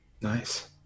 Nice